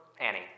Annie